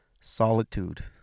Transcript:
solitude